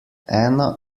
anna